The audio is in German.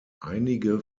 einige